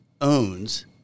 owns